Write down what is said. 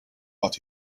but